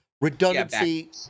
redundancy